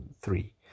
three